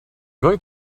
going